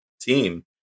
team